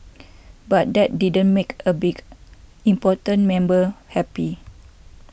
but that didn't make a big important member happy